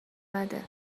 بده